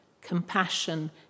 compassion